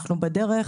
אנחנו בדרך